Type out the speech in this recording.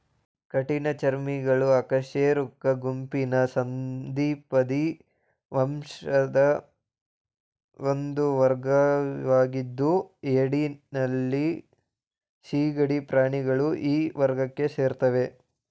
ಕಠಿಣ ಚರ್ಮಿಗಳು ಅಕಶೇರುಕ ಗುಂಪಿನ ಸಂಧಿಪದಿ ವಂಶದ ಒಂದು ವರ್ಗವಾಗಿದ್ದು ಏಡಿ ನಳ್ಳಿ ಸೀಗಡಿ ಪ್ರಾಣಿಗಳು ಈ ವರ್ಗಕ್ಕೆ ಸೇರ್ತವೆ